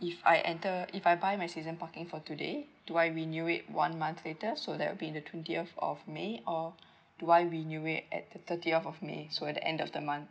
if I enter if I buy my season parking for today do I renew it one month later so that'll be in the twentieth of may or do I renew it at the thirtieth of may so the end of the month